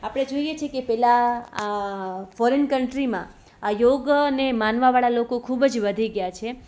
આપણે જોઈએ છીએ કે પહેલા ફોરેન કન્ટ્રીમાં આ યોગને માનવાવાળા લોકો ખૂબ જ વધી ગયા છે